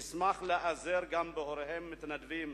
אשמח להיעזר גם בהורי המתנדבים.